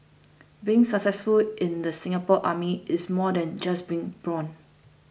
being successful in the Singapore Army is more than just being brawn